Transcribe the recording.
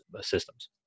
systems